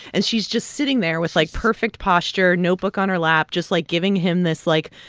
and she's just sitting there with, like, perfect posture, notebook on her lap, just, like, giving him this, like,